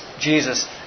Jesus